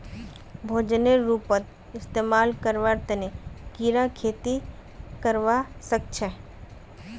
भोजनेर रूपत इस्तमाल करवार तने कीरा खेती करवा सख छे